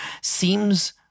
seems